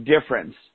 difference